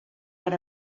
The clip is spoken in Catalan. per